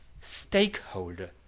stakeholder